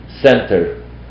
center